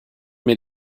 mir